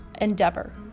endeavor